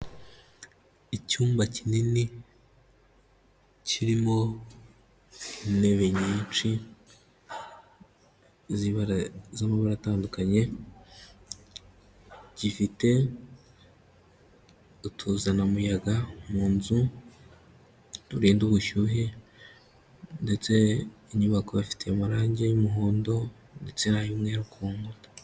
Icyumba kinini kirimo intebe nyinshi z'amabara atandukanye. Gifite utuzanamuyaga mu nzu turinda ubushyuhe, ndetse inyubako ifite amarangi y'umuhondo ndetse n'ay'umweru ku nkuta.